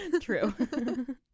true